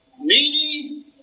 needy